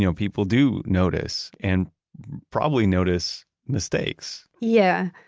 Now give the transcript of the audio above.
you know people do notice, and probably notice mistakes yeah.